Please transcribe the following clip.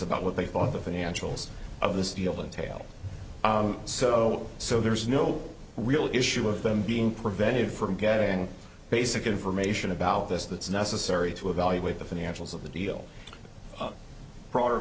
about what they thought the financials of this deal the tail so so there's no real issue of them being prevented from getting basic information about this that's necessary to evaluate the financials of the deal broader